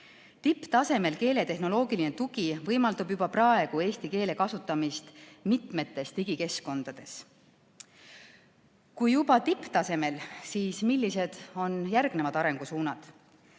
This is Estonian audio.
Tipptasemel keeletehnoloogiline tugi võimaldab juba praegu eesti keelt kasutada mitmes digikeskkonnas. Kui oleme juba tipptasemel, siis millised on järgmised arengusuunad?